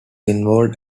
involved